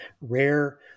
rare